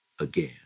again